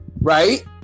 right